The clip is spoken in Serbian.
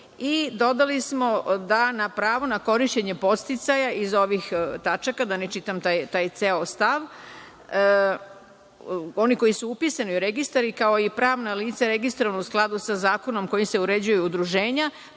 I dodali smo da na pravo na korišćenje podsticaja iz ovih tačaka, da ne čitam ceo stav, oni koji su upisani u registar, kao i pravna lica registrovana u skladu sa zakonom kojim se uređuju udruženja,